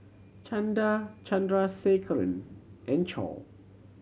Chanda Chandrasekaran and Choor